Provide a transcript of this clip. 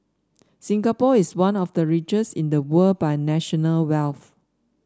Singapore is one of the richest in the world by national wealth